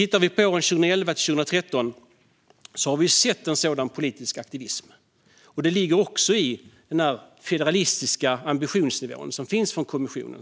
Under åren 2011-2013 har vi sett en sådan politisk aktivism, och det ligger såklart också i den federalistiska ambition som finns från kommissionen.